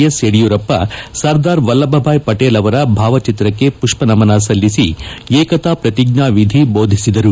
S Yediyurappa Sardar Vallabhbhai Patel ಬಾವಚಿತ್ರಕ್ಕೆ ಪುಷ್ವನಮನ ಸಲ್ಲಿಸಿ ಏಕತಾ ಪ್ರತಿಜ್ಞಾ ವಿಧಿ ಬೋಧಿಸಿದರು